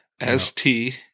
S-T